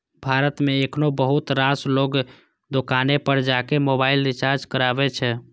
भारत मे एखनो बहुत रास लोग दोकाने पर जाके मोबाइल रिचार्ज कराबै छै